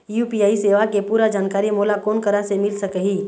UPI सेवा के पूरा जानकारी मोला कोन करा से मिल सकही?